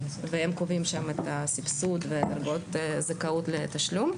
והם קובעים שם את הסבסוד ואת הזכאות לתשלום.